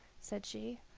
said she.